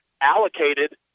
allocated